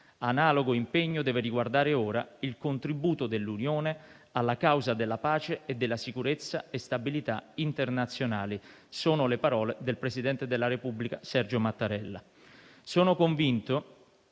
Analogo impegno deve riguardare ora il contributo dell'Unione europea alla causa della pace dello sviluppo, della sicurezza e della stabilità internazionale». Sono le parole del presidente della Repubblica Sergio Mattarella. Sono convinto